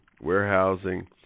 warehousing